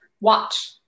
watch